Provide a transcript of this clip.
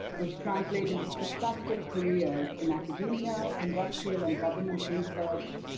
which translate into successful careers in academia, industrial, and government research,